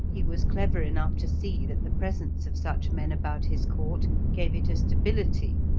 he was clever enough to see that the presence of such men about his court gave it a stability,